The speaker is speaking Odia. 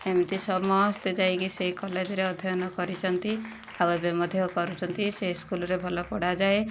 ଏମତି ସମସ୍ତେ ଯାଇକି ସେଇ କଲେଜ୍ରେ ଅଧ୍ୟୟନ କରିଛନ୍ତି ଆଉ ଏବେ ମଧ୍ୟ କରୁଛନ୍ତି ସେ ଇସ୍କୁଲ୍ରେ ଭଲ ପଢ଼ାଯାଏ